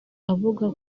avuga